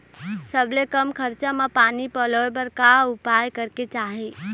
सबले कम खरचा मा पानी पलोए बर का उपाय करेक चाही?